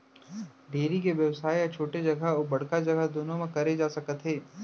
dairy के बेवसाय ह छोटे जघा अउ बड़का जघा दुनों म करे जा सकत हे